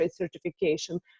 Certification